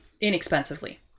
inexpensively